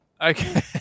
okay